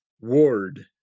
Ward